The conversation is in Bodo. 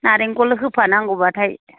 नारेंखल होफानांगौबाथाय